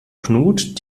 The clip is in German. knut